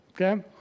Okay